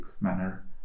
manner